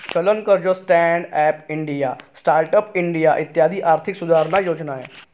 चलन कर्ज, stand up India, start up India इत्यादी आर्थिक सुधारणा योजना आहे